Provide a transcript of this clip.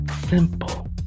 simple